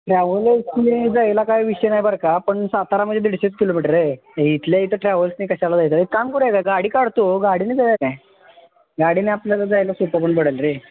travel जायला काही विषय नाही बरं का पण सातारा म्हणजे दीडशेच किलोमीटर रे इथल्या इथं ट्रॅव्हल्सने कशाला जायचं एक काम करूया काय गाडी काढतो गाडीने जाऊया काय गाडीनं आपल्याला जायला सोपं पण पडेल रे